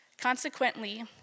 Consequently